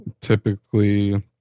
typically